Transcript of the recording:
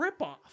ripoff